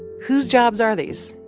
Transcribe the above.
whose jobs are these,